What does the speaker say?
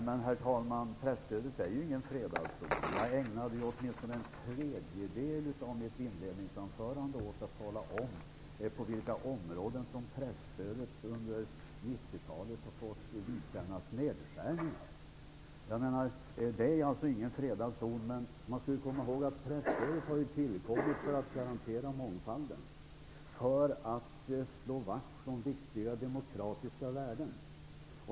Herr talman! Presstödet är ingen fredad zon. Jag ägnade åtminstone en tredjedel av mitt inledningsanförande åt att tala om på vilka områden presstödet under nittiotalet fått vidkännas nedskärningar. Detta är alltså ingen fredad zon. Man skall dock komma ihåg att presstödet har tillkommit för att garantera mångfalden och för att slå vakt om viktiga demokratiska värden.